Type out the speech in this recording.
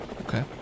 Okay